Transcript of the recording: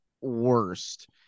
worst